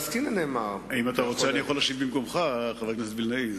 אנחנו משחקים לידיים של חבר הכנסת בן-ארי.